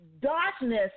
darkness